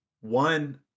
One